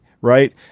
Right